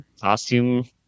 costume